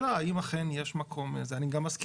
האם אתם יכולים להסביר